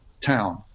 town